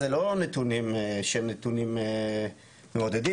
זה לא נתונים שהם נתונים מעודדים.